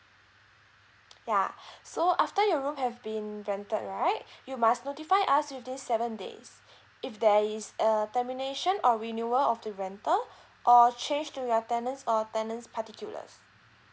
ya so after your room have been rented right you must notify us within seven days if there is err termination or renewal of the rental or change to your tenants or tenant's particulars